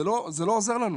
זה לא עוזר לנו,